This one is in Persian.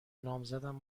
نامزدم